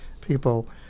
people